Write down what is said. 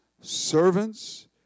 servants